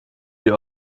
die